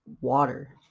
water